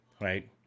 right